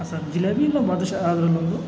ಹಾಂ ಸರ್ ಜಿಲೇಬಿ ಇಲ್ಲ ಬಾದುಷ ಅದರಲ್ಲೊಂದು